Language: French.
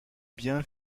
biens